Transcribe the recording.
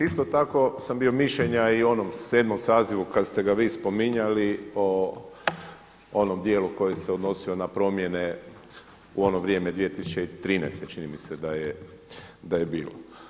Isto tako sam bio mišljenja i u onom 7. sazivu kada ste ga vi spominjali o onom dijelu koji se odnosio na promjene, u ono vrijeme 2013. čini mi se da je bilo.